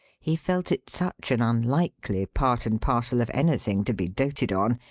he felt it such an unlikely part and parcel of anything to be doted on,